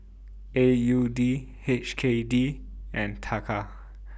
A U D H K D and Taka